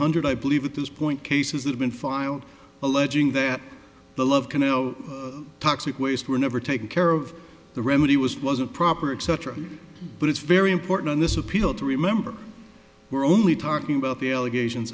hundred i believe at this point cases that have been filed alleging that the love canal toxic waste were never taken care of the remedy was wasn't proper etc but it's very important in this appeal to remember we're only talking about the allegations